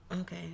Okay